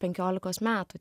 penkiolikos metų